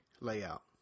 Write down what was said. layout